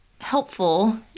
helpful